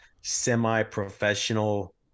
semi-professional